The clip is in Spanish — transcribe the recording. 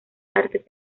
artes